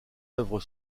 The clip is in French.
œuvres